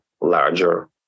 larger